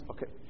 Okay